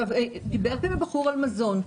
דיבר כאן הבחור על מזון.